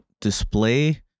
display